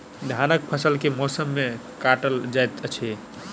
धानक फसल केँ मौसम मे काटल जाइत अछि?